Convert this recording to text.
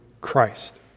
Christ